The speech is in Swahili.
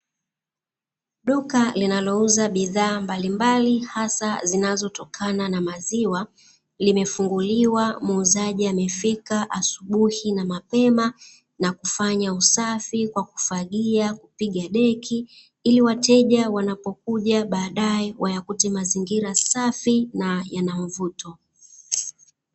Duka linalouza bidhaa mbalimbali hasa zinazotokana na maziwa limefunguliwa, muuzaji amefika asubui na mapema na kufanya usafi kwa kufagia, kupiga deki ili wateja wanapokuja baadae wayakute mazingira safi na yanamvuto.